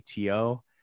ATO